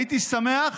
הייתי שמח